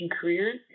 careers